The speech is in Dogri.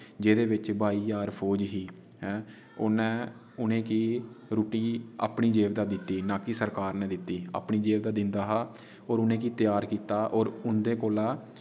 जेह्दे बिच बाई ज्हार फौज ही हैं उ'ने उनेंगी रूट्टी अपनी जेब दा दित्ती ना कि सरकार ने दित्ती अपनी जेब दा दिन्दा हा और उनेंगी त्यार कित्ता और उंदे कोला